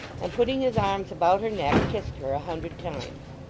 and putting his arms about her neck, kissed her a hundred times.